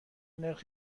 نرخ